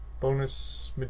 bonus